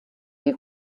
die